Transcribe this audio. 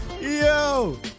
Yo